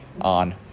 on